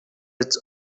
its